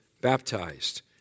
baptized